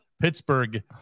Pittsburgh